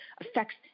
affects